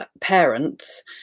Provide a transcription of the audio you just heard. parents